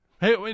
Hey